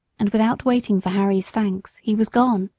and without waiting for harry's thanks he was gone.